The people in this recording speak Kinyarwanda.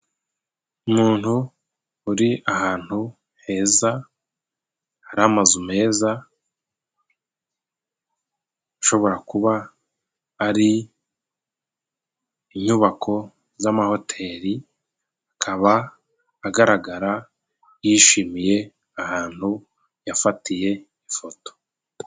Umuntu uri ahantu heza hari amazu meza, ashobora kuba ari inyubako z'amahoteri. Akaba agaragara yishimiye ahantu yafatiye ifoto.